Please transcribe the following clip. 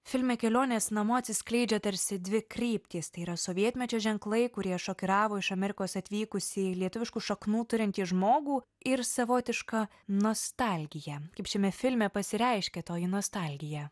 filme kelionės namo atsiskleidžia tarsi dvi kryptys tai yra sovietmečio ženklai kurie šokiravo iš amerikos atvykusį lietuviškų šaknų turintį žmogų ir savotiška nostalgija kaip šiame filme pasireiškia toji nostalgija